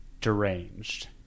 deranged